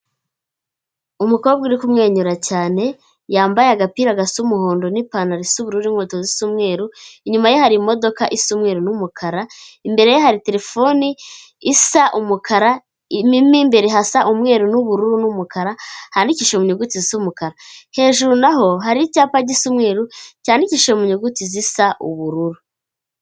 Umukobwa urikumwenyura cyane yambaye agapira gasa umuhondo, n'ipantaro y'ubururu, inkweto z'umweru, inyuma ye hari imodoka isa umweruru n'umukara imbere ye hari terefone isa umukara, mu imbere hasa umweru, n'ubururu, n'umukara handikishije mu nyuguti zisa umukara. Hejuru na ho hari icyapa gisa umweru cyandikishije mu nyuguti zisa ubururu.